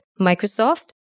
Microsoft